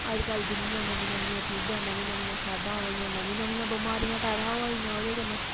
अज्जकल जिन्नियां नमियां चीजां नमियां खादां इ'यां नमियां नमियां बमारियां पैदा होआ दियां ओह्दे कन्नै